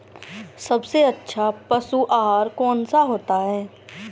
सबसे अच्छा पशु आहार कौन सा होता है?